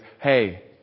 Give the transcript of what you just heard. hey